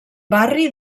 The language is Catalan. barri